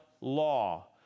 law